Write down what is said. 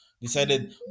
decided